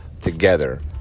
together